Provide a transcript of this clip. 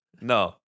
no